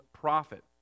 profit